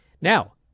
Now